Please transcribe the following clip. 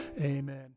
amen